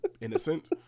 innocent